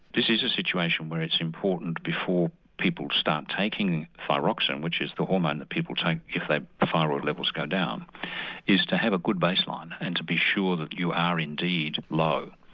this is a situation where it's important before people start taking thyroxin which is the hormone that people take if their thyroid levels go down is to have a good baseline and to be sure that you are indeed low.